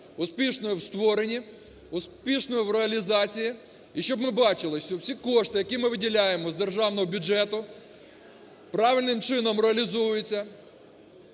успішною в створенні, успішною в реалізації і щоб ми бачили, що всі кошти, які ми виділяємо з державного бюджету правильним чином реалізуються.